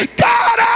God